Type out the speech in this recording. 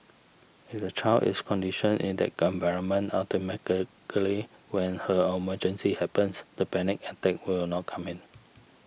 if the child is conditioned in that gun environment automatically when her emergency happens the panic attack will not come in